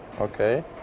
okay